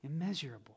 Immeasurable